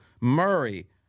Murray